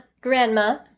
grandma